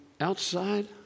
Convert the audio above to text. outside